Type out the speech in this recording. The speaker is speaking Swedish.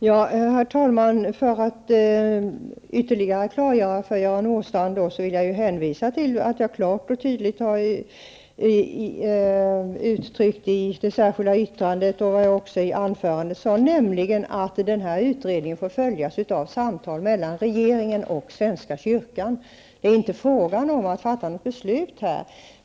Herr talman! Som ett ytterligare klargörande, Göran Åstrand, hänvisar jag till det som jag klart och tydligt sagt både i mitt särskilda yttrande och i mitt huvudanförande, nämligen att utredningen i fråga får följas av samtal mellan regeringen och svenska kyrkan. Det handlar inte om att fatta beslut här.